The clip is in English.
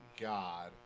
God